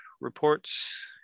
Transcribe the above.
reports